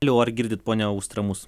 alio ar girdit pone austra mus